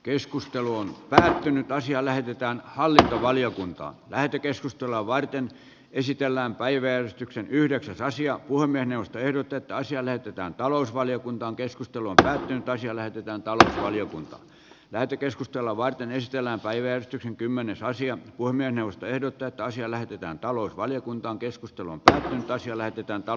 keskustelu on päätynyt asia lähetetään hallintovaliokuntaan lähetekeskustelua varten esitellään päiväjärjestyksen yhdeksäs asia huoneen josta ei otettaisi ja näytetään talousvaliokunta on keskustellut rakentaisi löytyvän talk valiokunta lähetekeskustelua varten esitellään päivetty kymmenen raisio kuormien ostoehdot täyttä asiaa lähdetään talousvaliokunta on keskustellut jos tähän joudutaan